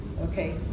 okay